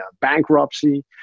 bankruptcy